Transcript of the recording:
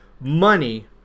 money